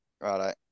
Right